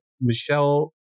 Michelle